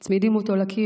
מצמידים אותו לקיר